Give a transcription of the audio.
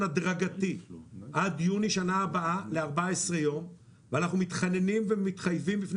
הדרגתי עד יוני שנה הבאה ל-14 יום ואנחנו מתחננים ומתחייבים בפני